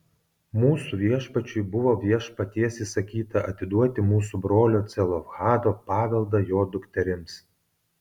mūsų viešpačiui buvo viešpaties įsakyta atiduoti mūsų brolio celofhado paveldą jo dukterims